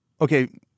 Okay